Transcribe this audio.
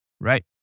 right